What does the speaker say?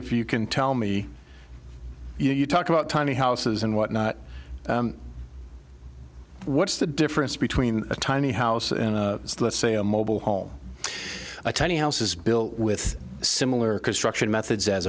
if you can tell me you talked about tiny houses and whatnot what's the difference between a tiny house and let's say a mobile home a tiny house is built with similar construction methods as